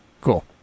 Cool